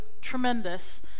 tremendous